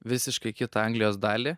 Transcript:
visiškai kitą anglijos dalį